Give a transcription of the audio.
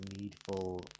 needful